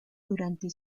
durante